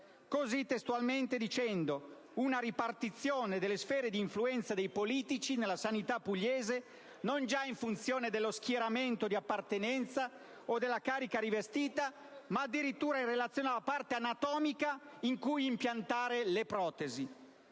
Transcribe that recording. così testualmente dicendo: «una ripartizione delle sfere di influenza dei politici nella sanità pugliese, non già in funzione dello schieramento di appartenenza o della carica rivestita, ma addirittura in relazione alla parte anatomica in cui impiantare le protesi».